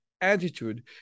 attitude